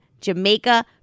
Jamaica